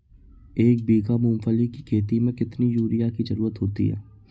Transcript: एक बीघा मूंगफली की खेती में कितनी यूरिया की ज़रुरत होती है?